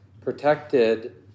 protected